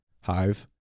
Hive